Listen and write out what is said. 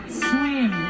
swim